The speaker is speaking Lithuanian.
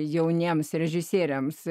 jauniems režisieriams